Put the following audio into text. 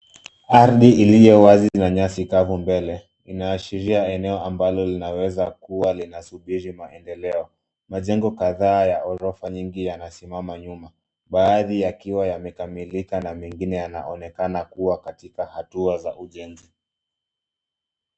Ardhi iliyo wazi na nyasi kavu mbele, inaashiria eneo ambalo linaweza kuwa linasubiri maendeleo. Majengo kadhaa ya ghorofa nyingi yanasimama nyuma, baadhi yakiwa yamekalika na mengine yanaonekana kuwa katika hatua za ujenzi.